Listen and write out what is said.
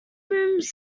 rooms